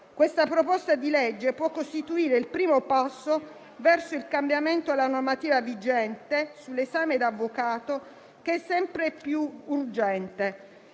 Questa proposta di legge può costituire il primo passo verso il cambiamento della normativa vigente sull'esame da avvocato, sempre più urgente.